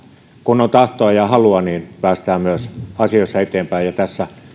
kun on tahtoa ja halua päästään myös asioissa eteenpäin ja tässä